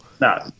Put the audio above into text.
No